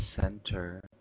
center